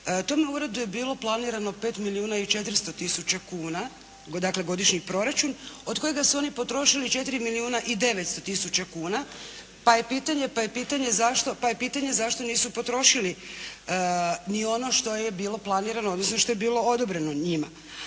tom uredu je bilo planirano 5 milijuna i 400 tisuća kuna dakle godišnji proračun od kojega su oni potrošili 4 milijuna i 900 tisuća kuna pa je pitanje zašto nisu potrošili ni ono što je bilo planirano odnosno što je bilo odobreno njima.